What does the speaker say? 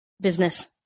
business